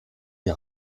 die